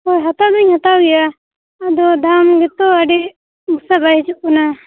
ᱦᱮᱸ ᱦᱟᱛᱟᱣ ᱫᱚᱧ ᱦᱟᱛᱟᱣ ᱜᱮᱭᱟ ᱟᱫᱚ ᱫᱟᱢ ᱜᱮᱛᱚ ᱟᱹᱰᱤ ᱯᱚᱭᱥᱟ ᱵᱟᱭ ᱦᱤᱡᱩᱜ ᱠᱟᱱᱟ